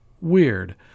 Weird